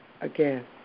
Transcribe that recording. again